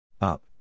Up